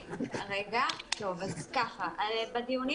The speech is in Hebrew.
בדיונים